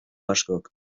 askok